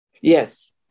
Yes